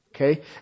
Okay